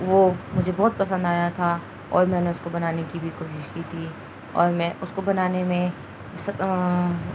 وہ مجھے بہت پسند آیا تھا اور میں نے اس کو بنانے کی بھی کوشش کی تھی اور میں اس کو بنانے میں